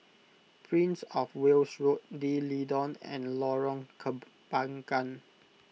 Prince of Wales Road D'Leedon and Lorong Kembagan